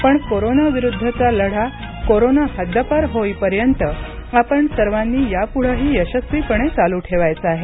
पण कोरोनाविरुद्धचा लढा कोरोना हद्दपार होईपर्यंत आपण सर्वांनी यापुढेही यशस्वीपणे चालू ठेवायचा आहे